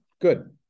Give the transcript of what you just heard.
Good